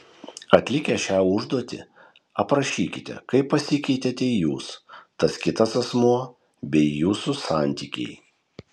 atlikę šią užduotį aprašykite kaip pasikeitėte jūs tas kitas asmuo bei jūsų santykiai